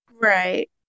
right